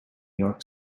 york